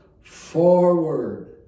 forward